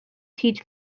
teach